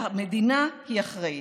והמדינה היא אחראית.